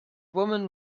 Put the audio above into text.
woman